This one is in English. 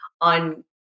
on